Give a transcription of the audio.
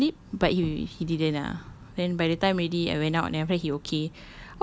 falling asleep but he he didn't ah then by the time already I went out then after that he okay